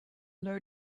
low